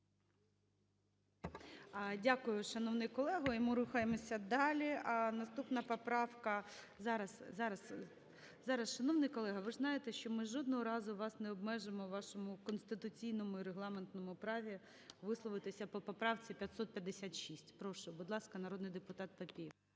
Дякую, шановний колего. І ми рухаємося далі. Наступна поправка… Зараз, зараз, зараз, шановний колего, ви ж знаєте, що ми жодного разу вас не обмежимо в вашому конституційному і регламентному праві висловитися по поправці 556. Прошу, будь ласка, народний депутатПапієв.